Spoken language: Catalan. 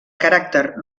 caràcter